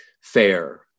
fair